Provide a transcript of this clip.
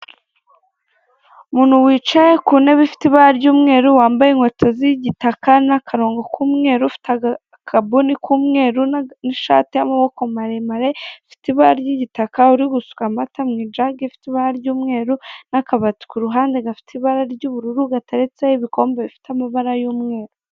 Umuntu wicaye ku ntebe ifite ibara ry'umweru wambaye inkweto z'igitaka n'akarongo ku mweru ufite akabuni ku mweru n'ishati y'amaboko maremare, ifite ibara ry'igitaka urigusuka amata mu ijage ifite ibara ry'umweru n'akabati ku ruhande gafite ibara ry'ubururu gateretseho ibikombe bifite amabara y'umweru.